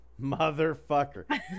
motherfucker